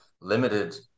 limited